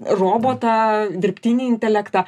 robotą dirbtinį intelektą